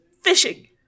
fishing